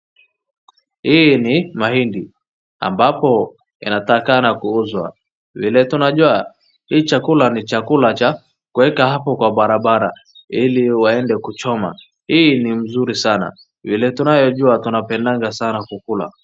Hii ni mahindi ambapo yanatakana kuuzwa. Vile tunajua hii chakula ni chakula cha kueka hapo kwa barabara ili waende kuchoma. Hii ni mzuri sana. Vile tunaye jua tunapendanga sana kukula.